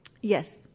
Yes